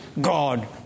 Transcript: God